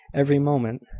every moment!